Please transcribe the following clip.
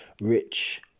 rich